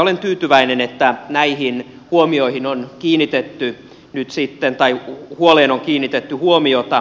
olen tyytyväinen että näihin huoliin on kiinnitetty nyt sitten huomiota